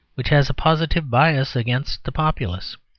which has a positive bias against the populace.